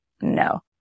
no